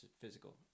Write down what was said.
physical